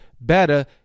better